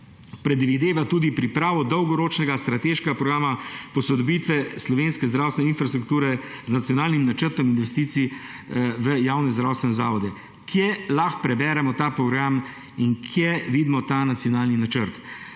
predvideva tudi pripravo dolgoročnega strateškega programa posodobitve slovenske zdravstvene infrastrukture z nacionalnim načrtom investicij v javne zdravstvene zavode. Kje lahko preberemo ta program in kje vidimo ta nacionalni načrt?